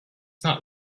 not